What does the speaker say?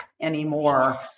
anymore